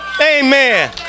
Amen